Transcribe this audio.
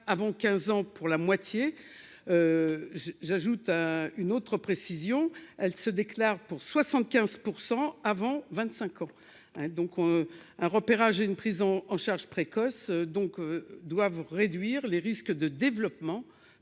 avant 15 ans pour la moitié, j'ajoute à une autre précision, elle se déclare pour 75 % avant 25 ans, hein, donc un repérage et une prison en charge précoce donc doivent réduire les risques de développement